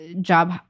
job